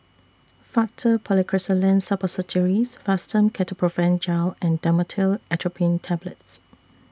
Faktu Policresulen Suppositories Fastum Ketoprofen Gel and Dhamotil Atropine Tablets